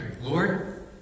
Lord